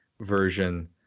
version